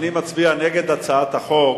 אני מצביע נגד הצעת החוק,